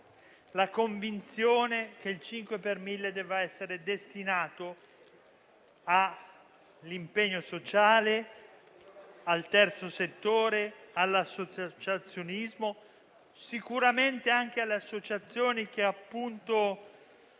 la convinzione che il 5 per mille debba essere destinato all'impegno sociale, al terzo settore, all'associazionismo, sicuramente anche alle associazioni che aiutano